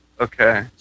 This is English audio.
Okay